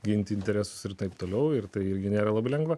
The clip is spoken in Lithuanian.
ginti interesus ir taip toliau ir tai irgi nėra labai lengva